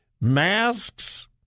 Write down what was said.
masks